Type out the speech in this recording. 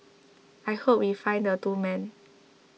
I hope we find the two men